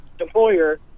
employer